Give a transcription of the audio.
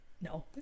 No